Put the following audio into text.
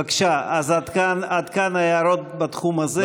בבקשה, אז עד כאן הערות בתחום הזה.